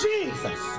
Jesus